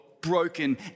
broken